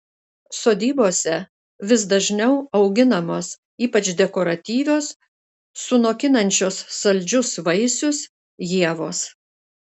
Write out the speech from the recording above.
sodybose vis dažniau auginamos ypač dekoratyvios sunokinančios saldžius vaisius ievos